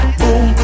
boom